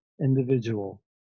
individual